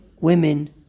women